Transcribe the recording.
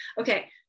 Okay